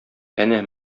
әнә